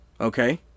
Okay